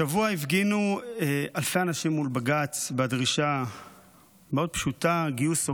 השבוע הפגינו אלפי אנשים מול בג"ץ בדרישה מאוד פשוטה: גיוס הוגן.